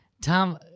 Tom